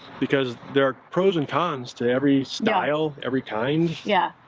because there are pros and cons to every style every time. yeah,